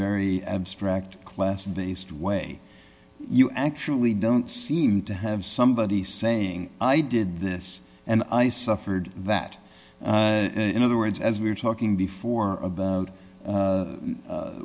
very abstract class based way you actually don't seem to have somebody saying i did this and i suffered that in other words as we were talking before about